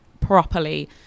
properly